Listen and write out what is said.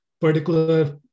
particular